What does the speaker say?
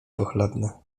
pochlebne